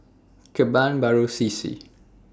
Kebun Baru C C